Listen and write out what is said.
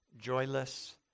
joyless